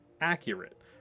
accurate